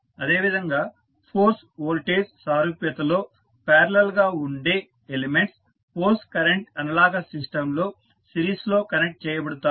అదేవిధంగా force voltage సారూప్యతలో parallel గా ఉండే ఎలిమెంట్స్ ఫోర్స్ కరెంట్ అనలాగస్ సిస్టంలో సిరీస్లో కనెక్ట్ చేయబడతాయి